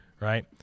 right